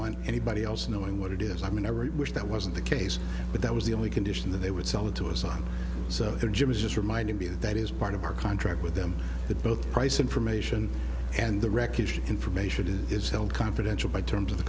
want anybody else knowing what it is i mean every wish that wasn't the case but that was the only condition that they would sell it to us on so they're just reminding me that that is part of our contract with them that both price information and the wreckage information is held confidential by terms of the